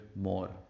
more